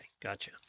gotcha